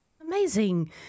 Amazing